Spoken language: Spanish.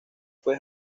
fue